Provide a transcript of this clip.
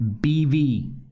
BV